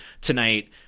tonight